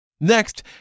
Next